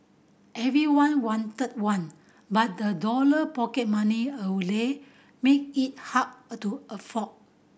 everyone wanted one but a dollar pocket money a made it hard a to afford